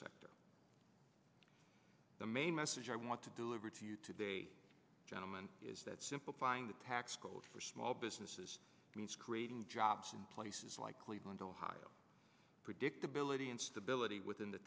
sector the main message i want to deliver to you today gentleman is that simplifying the tax code for small businesses means creating jobs in places like cleveland ohio predictability and stability within the